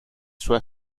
sua